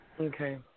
Okay